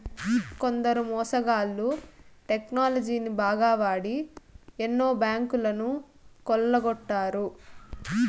కొందరు మోసగాళ్ళు టెక్నాలజీని బాగా వాడి ఎన్నో బ్యాంకులను కొల్లగొట్టారు